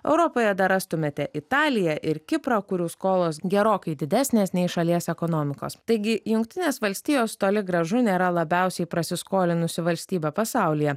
europoje dar rastumėte italiją ir kiprą kurių skolos gerokai didesnės nei šalies ekonomikos taigi jungtinės valstijos toli gražu nėra labiausiai prasiskolinusi valstybė pasaulyje